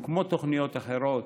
כמו תוכניות אחרות,